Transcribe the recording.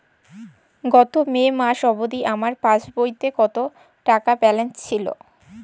গত মে মাস অবধি আমার পাসবইতে কত টাকা ব্যালেন্স ছিল?